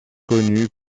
connue